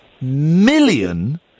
million